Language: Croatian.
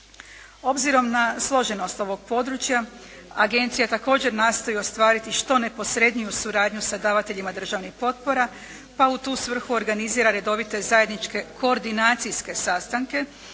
Obzirom na složenost ovog područja Agencija također nastoji ostvariti što neposredniju suradnju sa davateljima državnih potpora, pa u tu svrhu organizira redovite zajedničke koordinacijske sastanke